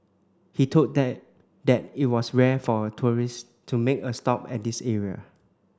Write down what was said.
he told them that it was rare for tourists to make a stop at this area